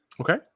Okay